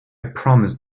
promised